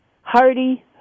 Hardy